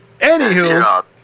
anywho